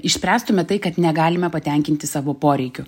išspręstume tai kad negalime patenkinti savo poreikių